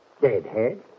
Deadhead